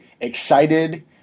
excited